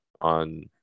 on